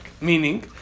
Meaning